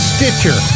Stitcher